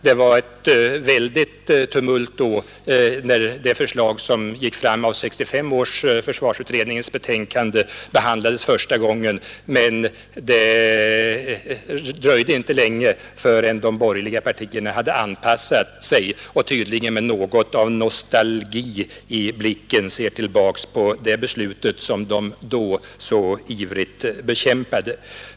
Det var ett väldigt tumult, när det förslag som byggde på 1965 års försvarsutrednings betänkande behandlades första gången, men det dröjde inte länge förrän de borgerliga partierna hade anpassat sig, och nu ser de tydligen med något av nostalgi i blicken tillbaka på det beslut som de då så ivrigt bekämpade.